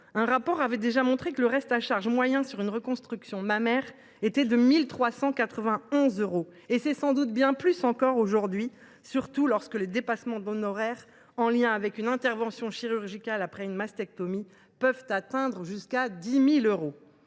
un rapport avait déjà montré que le reste à charge moyen pour une reconstruction mammaire était de 1 391 euros. C’est sans doute bien plus encore aujourd’hui, surtout lorsque les dépassements d’honoraires en lien avec une intervention chirurgicale après une mastectomie peuvent atteindre jusqu’à 10 000 euros.